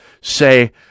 say